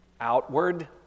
outward